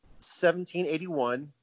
1781